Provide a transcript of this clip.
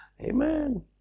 Amen